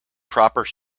proper